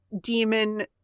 demon